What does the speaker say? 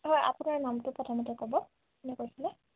হয় আপোনাৰ নামটো প্ৰথমতে ক'ব কোনে কৈছিলে